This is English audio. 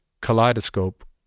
kaleidoscope